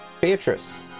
Beatrice